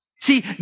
See